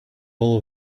all